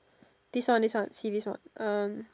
this one this one see this one um